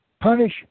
punish